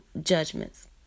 judgments